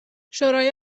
شورای